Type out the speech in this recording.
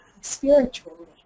spiritually